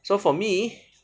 so for me